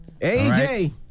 AJ